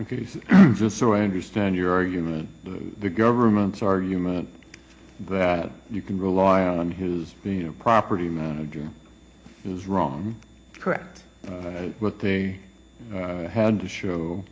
increased just so i understand your argument the government's argument that you can rely on who's being a property manager who's wrong correct what they had to show